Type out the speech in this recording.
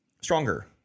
stronger